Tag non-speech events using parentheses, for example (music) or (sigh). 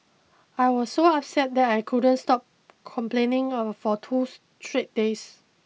I was so upset that I couldn't stop complaining (noise) for two straight days